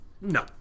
No